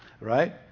Right